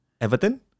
Everton